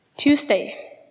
Tuesday